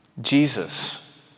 Jesus